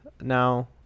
now